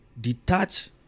detach